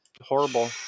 Horrible